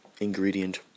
ingredient